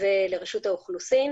ולרשות האוכלוסין,